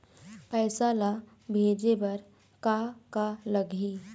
पैसा ला भेजे बार का का लगही?